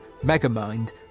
Megamind